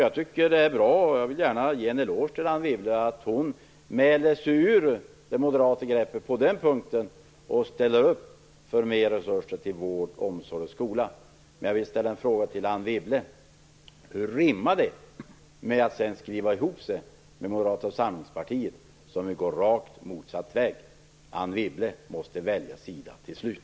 Jag vill gärna ge en eloge till Anne Wibble för att hon mäler sig ur det moderata greppet på den punkten och ställer upp för mer resurser till vård, omsorg och skola. Det är bra. Men jag vill också ställa en fråga till henne: Hur rimmar detta med att sedan skriva ihop sig med Moderata samlingspartiet, som vill gå rakt motsatt väg? Anne Wibble måste välja sida till slut.